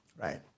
Right